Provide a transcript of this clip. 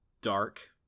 Dark